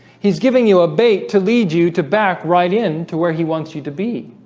he's giving you a bait to lead you to back right in to where he wants you to be